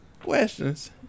questions